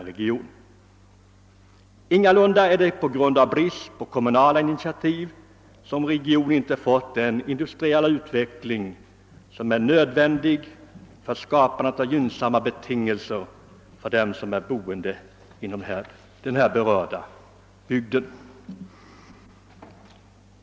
Det är ingalunda på grund av brist på kommunala initiativ som regionen inte har haft den industriella utveckling som är nödvändig för att skapa gynnsamma betingel ser för dem som bor i den berörda bygden.